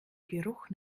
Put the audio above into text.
geruch